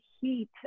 heat